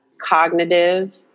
Cognitive